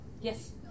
Yes